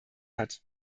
hat